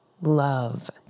love